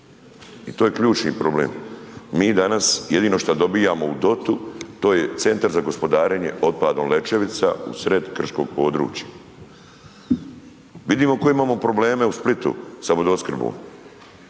i to je ključni problem. Mi danas jedino što dobivamo u DOT-u, to je CGO Lečevica usred krčkog područja. Vidimo koje imamo probleme u Splitu sa vodoopskrbom,